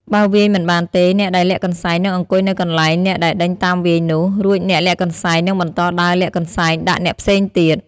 បើវាយមិនបានទេ អ្នកដែលលាក់កន្សែងនឹងអង្គុយនៅកន្លែងអ្នកដែលដេញតាមវាយនោះ រួចអ្នកលាក់កន្សែងនឹងបន្តដើរលាក់កន្សែងដាក់អ្នកផ្សេងទៀត។